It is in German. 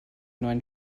neuen